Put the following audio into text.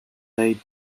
laid